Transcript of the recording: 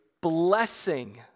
blessing